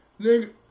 Nigga